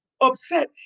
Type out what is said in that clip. upset